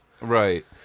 Right